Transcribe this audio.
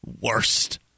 worst